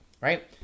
right